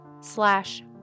slash